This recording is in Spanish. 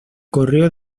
correo